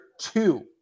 two